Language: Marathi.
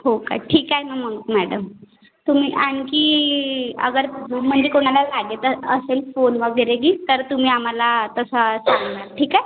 हो का ठीक आहे ना मग मॅडम तुम्ही आणखी अगर म्हणजे कोणाला लागत असेल फोन वगैरे की तर तुम्ही आम्हाला तसा सांगा ठीक आहे